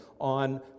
on